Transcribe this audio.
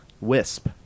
Wisp